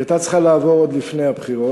היא הייתה צריכה לעבור עוד לפני הבחירות.